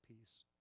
peace